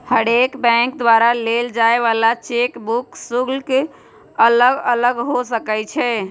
हरेक बैंक द्वारा लेल जाय वला चेक बुक शुल्क अलग अलग हो सकइ छै